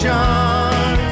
John